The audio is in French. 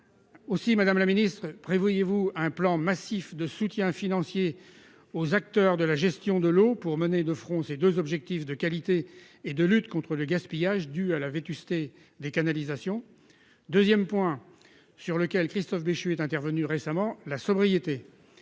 Aussi, madame la secrétaire d'État, prévoyez-vous un plan massif de soutien financier aux acteurs de la gestion de l'eau pour mener de front ces deux objectifs de qualité et de lutte contre le gaspillage dû à la vétusté des canalisations ? Il est un autre point sur lequel Christophe Béchu est intervenu récemment : la sobriété.